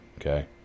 okay